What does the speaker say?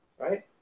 right